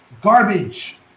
garbage